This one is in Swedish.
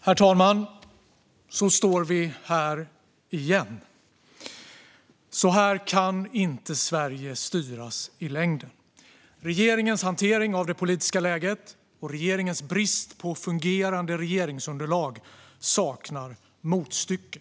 Herr talman! Så står vi här igen. Så här kan inte Sverige styras i längden. Regeringens hantering av det politiska läget och regeringens brist på fungerande regeringsunderlag saknar motstycke.